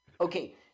Okay